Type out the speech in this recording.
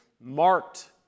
marked